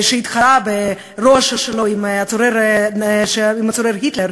שהתחרה ברוע שלו עם הצורר היטלר,